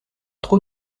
trop